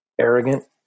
arrogant